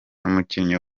umukinnyi